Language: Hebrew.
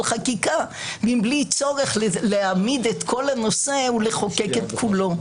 חקיקה מבלי צורך להעמיד את כל הנושא ולחוקק את כולו.